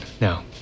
now